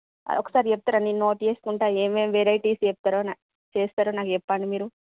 అదొకసారి చెప్తారా నేను నోట్ చేసుకుంటాను ఏమేం వెరైటీస్ చెప్తరో చేస్తారో నాకు చెప్పండి మీరు